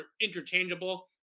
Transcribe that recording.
interchangeable